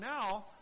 now